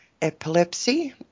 epilepsy